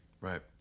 Right